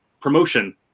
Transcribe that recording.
promotion